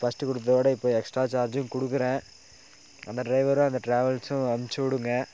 first கொடுத்தத விட இப்போ எக்ஸ்ட்ரா சார்ஜும் கொடுக்கறேன் அந்த டிரைவரும் அந்த டிராவல்ஸும் அம்ச்சிவிடுங்க